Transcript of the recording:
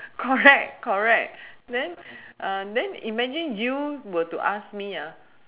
correct correct then uh then imagine you were to ask me a